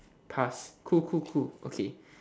past cool cool cool okay